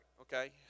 okay